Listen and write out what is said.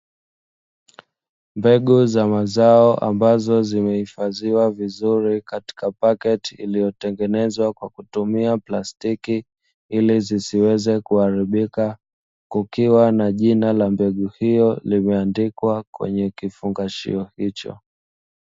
Mbegu za mazao ambazo zimehifadhiwa vizuri katika paketi iliyotengenezwa kwa kutumia plastiki ili zisiweze kuharibika. Zikiwa na jina la mbegu hiyo limeandikwa kwenye kifungashio hicho.